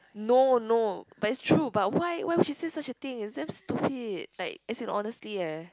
no no but it's true but why why she say such a thing it's damn stupid like as in honestly eh